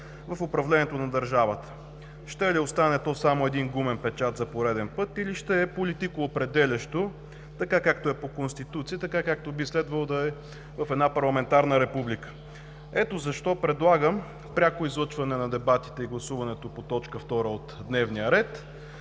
в управлението на държавата – ще ли остане то само един гумен печат за пореден път, или ще е политикоопределящо, както е по Конституция, както би следвало да е в една парламентарна република. Ето защо предлагам пряко излъчване на дебатите и гласуването на т. 2 от дневния ред